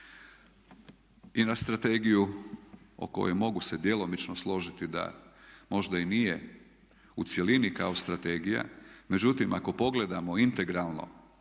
i na strategiju o kojoj mogu se djelomično složiti da možda i nije u cjelini kao strategija međutim ako pogledamo integralno